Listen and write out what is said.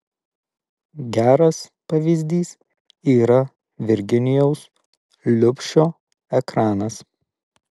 geras pavyzdys yra virginijaus liubšio ekranas